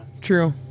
True